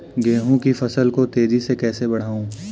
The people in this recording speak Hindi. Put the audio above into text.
गेहूँ की फसल को तेजी से कैसे बढ़ाऊँ?